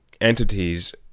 entities